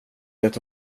det